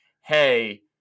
hey